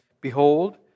Behold